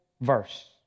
verse